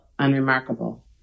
Unremarkable